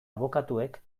abokatuek